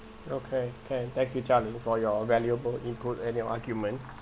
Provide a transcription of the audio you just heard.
okay can thank you jia-ling for your valuable input and your argument